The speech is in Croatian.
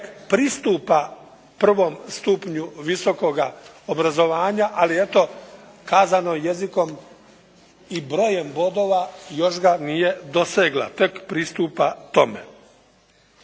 tek pristupa prvom stupnju visokoga obrazovanja, ali eto kazano jezikom i brojem bodova još ga nije dosegla, tek pristupa tome.